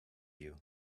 you